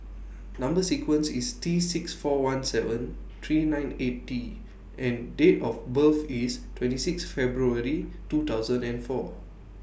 Number sequence IS T six four one seven three nine eight T and Date of birth IS twenty six February two thousand and four